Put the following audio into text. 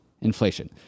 inflation